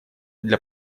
для